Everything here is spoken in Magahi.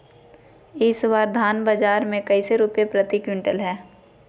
इस बार धान बाजार मे कैसे रुपए प्रति क्विंटल है?